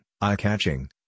eye-catching